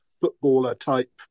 footballer-type